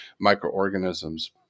microorganisms